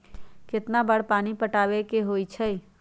कितना बार पानी पटावे के होई छाई?